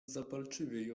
zapalczywiej